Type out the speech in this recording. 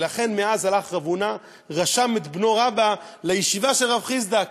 ולכן אז הלך רב הונא ורשם את בנו רבה לישיבה של רב חסדא,